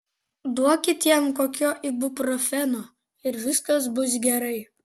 duokit jam kokio ibuprofeno ir viskas bus gerai